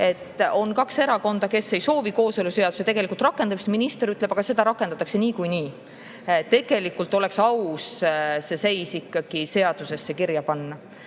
On kaks erakonda, kes ei soovi kooseluseaduse rakendamist, aga minister ütleb, et seda rakendatakse niikuinii. Tegelikult oleks aus see seis ikkagi seadusesse kirja panna.